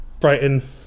Brighton